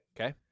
Okay